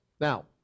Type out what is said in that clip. Now